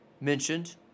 mentioned